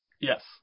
Yes